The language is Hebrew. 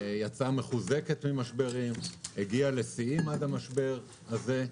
יצאה מחוזקת ממשברים, הגיעה לשיאים עד המשבר הזה.